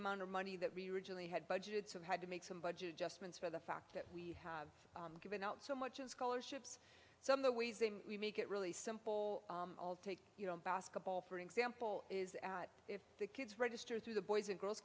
amount of money that we originally had budgeted so had to make some budget adjustments for the fact that we have given out so much in scholarships so in the ways that we make it really simple i'll take you know basketball for example is if the kids register through the boys and girls